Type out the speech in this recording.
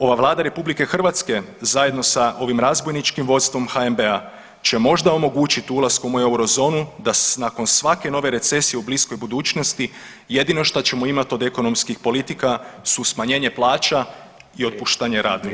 Ova Vlada RH zajedno sa ovim razbojničkim vodstvom HNB-a će možda omogućiti ulaskom u euro zonu, da nakon svake nove recesije u bliskoj budućnosti jedino što ćemo imati od ekonomskih politika su smanjenje plaća i otpuštanje radnika.